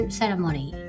ceremony